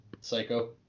Psycho